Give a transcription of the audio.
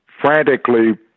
frantically